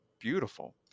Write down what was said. beautiful